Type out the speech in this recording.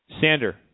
Sander